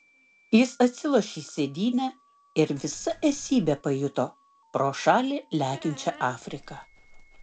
jis atsilošė į sėdynę ir visa esybe pajuto pro šalį lekiančią afriką